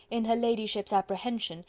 in her ladyship's apprehension,